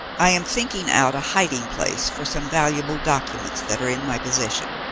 i am thinking out a hiding-place for some valuable documents that are in my possession,